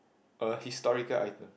a historical item